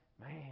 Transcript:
man